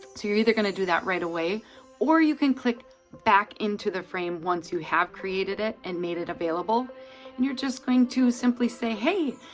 you're either gonna do that right away or you can click back into the frame once you have created it and made it available and you're just going to simply say, hey,